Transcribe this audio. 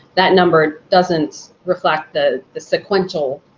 that number doesn't reflect the the sequential